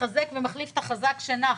מתחזק ומחליף את החזק שנח,